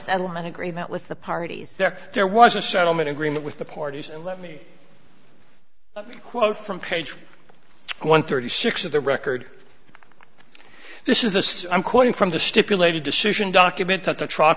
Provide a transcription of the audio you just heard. settlement agreement with the parties there there was a settlement agreement with the parties and let me quote from page one thirty six of the record this is the i'm quoting from the stipulated decision document that the tr